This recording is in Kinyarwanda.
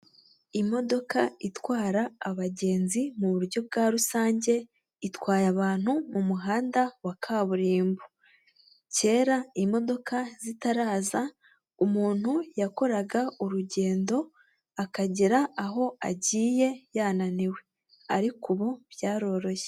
Imodoka itwara abagenzi mu buryo bwa rusange, itwaye abantu mu muhanda wa kaburimbo. kera imodoka zitaraza umuntu yakoraga urugendo akagera aho agiye yananiwe, ariko ubu byaroroshye.